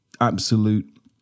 absolute